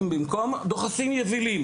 הרצון היא אחרת לגמרי בבתי הספר הקטנים.